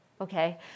okay